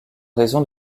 raison